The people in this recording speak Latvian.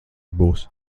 būs